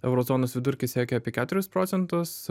euro zonos vidurkis siekia apie keturis procentus